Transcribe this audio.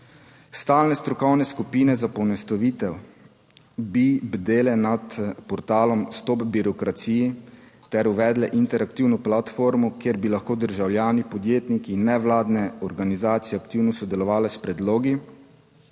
Stalne strokovne skupine za poenostavitev bi bdele nad portalom Stop birokraciji ter uvedle interaktivno platformo, kjer bi lahko državljani, podjetniki in nevladne organizacije aktivno sodelovale s predlogi,